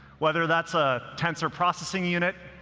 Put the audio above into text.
whether that's a tensor processing unit,